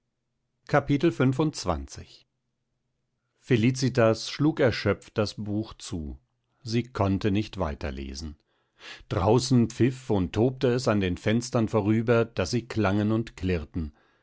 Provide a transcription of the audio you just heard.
felicitas schlug erschöpft das buch zu sie konnte nicht weiter lesen draußen pfiff und tobte es an den fenstern vorüber daß sie klangen und klirrten